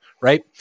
Right